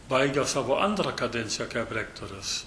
baigiau savo antrą kadenciją kaip rektorius